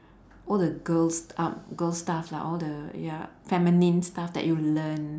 all the girls uh girls stuff lah all the ya feminine stuff that you learn